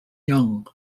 young